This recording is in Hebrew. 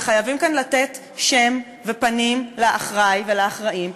וחייבים כאן לתת שם ופנים לאחראי ולאחראים,